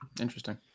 Interesting